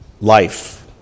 life